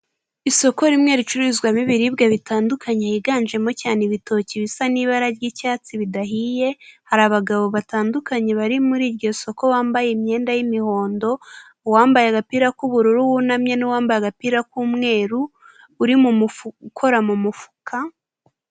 Isoko rimwe ricuruzwamo ibibiribwa bitandukanye higanjemo cyane ibitoki bisa n'ibara ry'icyatsi bidahiye, hari abagabo batandukanye bari muri iryo soko bambaye imyenda y'imihondo, uwambaye agapira k'ubururu wunamye n'uwambaye agapira k'umweru uri mu mufu ukora mu mufuka.